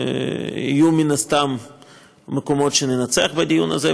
ויהיו מן הסתם מקומות שבהם ננצח בדיוק הזה,